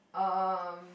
um